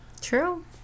True